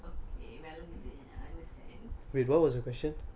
okay well I understand